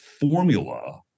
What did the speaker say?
formula